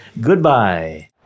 Goodbye